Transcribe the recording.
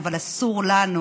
אבל אסור לנו,